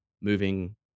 moving